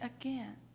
again